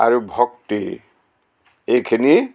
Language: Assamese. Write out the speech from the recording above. আৰু ভক্তি এইখিনি